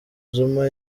zuma